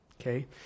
Okay